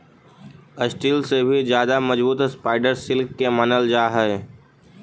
steel से भी ज्यादा मजबूत स्पाइडर सिल्क के मानल जा हई